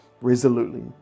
resolutely